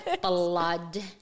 blood